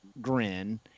grin